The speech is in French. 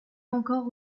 encore